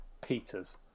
Peters